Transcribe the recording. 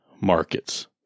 markets